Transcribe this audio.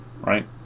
right